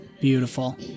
Beautiful